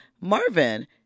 Marvin